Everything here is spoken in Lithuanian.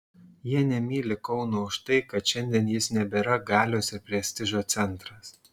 jie nemyli kauno už tai kad šiandien jis nebėra galios ir prestižo centras